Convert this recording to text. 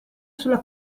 sulla